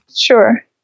Sure